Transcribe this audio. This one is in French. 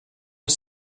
aux